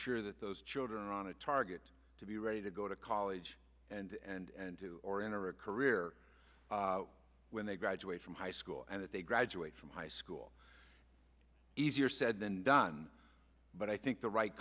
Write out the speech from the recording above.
sure that those children are on a target to be ready to go to college and to or enter a career when they graduate from high school and that they graduate from high school easier said than done but i think the right